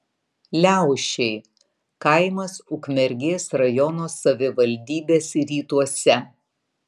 liaušiai kaimas ukmergės rajono savivaldybės rytuose